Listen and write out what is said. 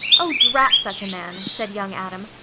oh, drat such a man! said young adam.